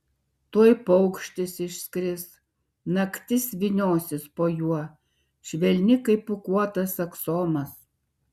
tuoj paukštis išskris naktis vyniosis po juo švelni kaip pūkuotas aksomas